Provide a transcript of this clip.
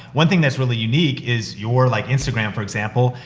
one thing that's really unique is your like instagram, for example,